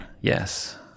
Yes